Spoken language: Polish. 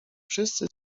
wszyscy